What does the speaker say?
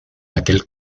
aquel